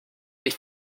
est